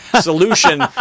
solution